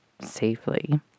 safely